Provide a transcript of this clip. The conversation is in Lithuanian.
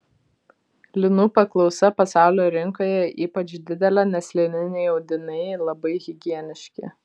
linų paklausa pasaulio rinkoje ypač didelė nes lininiai audiniai labai higieniški